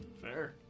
Fair